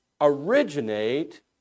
originate